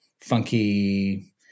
funky